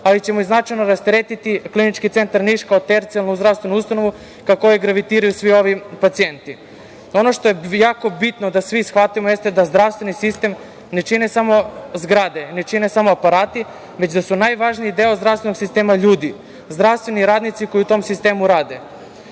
ali ćemo i značajno rasteretiti Klinički centar Niš kao tercijalnu zdravstvenu ustanovu ka kojoj gravitiraju svi ovi pacijenti. Ono što je jako bitno da svi shvatimo jeste da zdravstveni sistem ne čine samo zgrade, ne čine samo aparati, već da su najvažniji deo zdravstvenog sistema ljudi, zdravstveni radinici koji u tom sistemu rade.